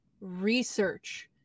research